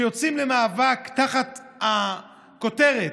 שיוצאים למאבק תחת הכותרת: